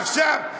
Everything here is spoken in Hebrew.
עכשיו,